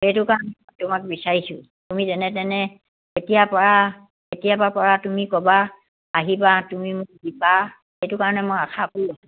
সেইটো কাৰণে তোমাক বিচাৰিছোঁ তুমি যেনে তেনে কেতিয়াৰপৰা কেতিয়াৰপৰা পৰা তুমি ক'বা আহিবা তুমি মোক দিবা সেইটো কাৰণে মই আশা পালি আছোঁ